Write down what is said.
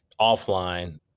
offline